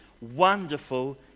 Wonderful